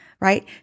right